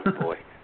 boy